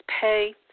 pay